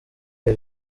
iya